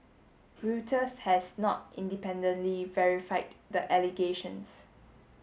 Reuters has not independently verified the allegations